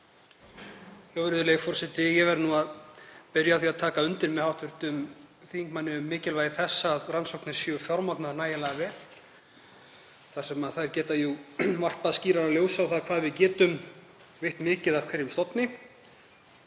Virðulegi forseti. Ég verð að byrja á því að taka undir með hv. þingmanni um mikilvægi þess að rannsóknir séu fjármagnaðar nægilega vel þar sem þær geta jú varpað skýrara ljósi á hvað við getum veitt mikið af hverjum stofni